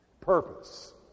Purpose